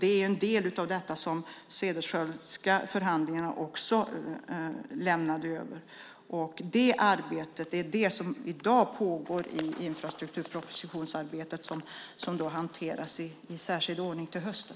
Det är en del av detta arbete som de Cederschiöldska förhandlingarna också handlar om. Det arbetet pågår i dag vad gäller infrastrukturpropositionen och kommer att hanteras i särskild ordning till hösten.